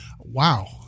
Wow